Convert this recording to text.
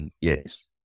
Yes